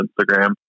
Instagram